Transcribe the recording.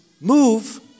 move